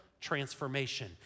transformation